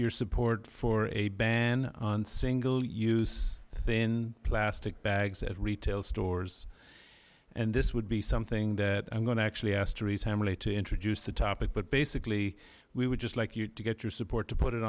your support for a ban on single use thin plastic bags at retail stores and this would be something that i'm going to actually asked to resign really to introduce the topic but basically we would just like you to get your support to put it